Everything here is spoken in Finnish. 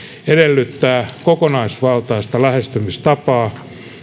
edellyttää kokonaisvaltaista lähestymistapaa